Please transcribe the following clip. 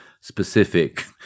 specific